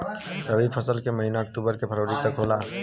रवी फसल क महिना अक्टूबर से फरवरी तक होला